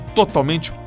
totalmente